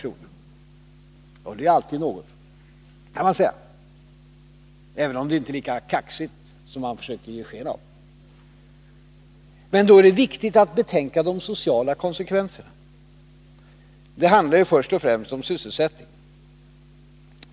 Och det är alltid något, kan man säga, även om det inte är lika kaxigt som man försökte ge sken av. Men då är det viktigt att betänka de sociala konsekvenserna. Det handlar först och främst om sysselsättningen.